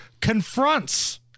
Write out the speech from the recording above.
confronts